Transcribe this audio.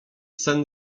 sen